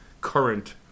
current